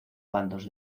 bandos